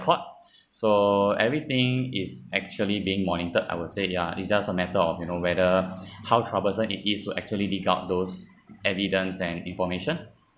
so everything is actually being monitored I would say ya it's just a matter of you know whether how troublesome it is to actually dig up those evidence and information